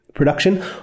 production